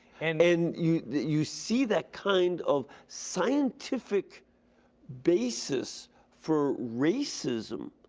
and then you you see that kind of scientific basis for racism